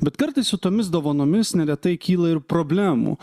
bet kartais su tomis dovanomis neretai kyla ir problemų